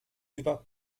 über